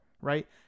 right